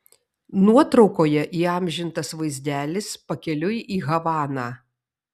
nuotraukoje įamžintas vaizdelis pakeliui į havaną